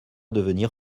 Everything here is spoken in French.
devenir